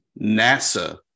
NASA